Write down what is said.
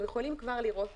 אנחנו יכולים כבר לראות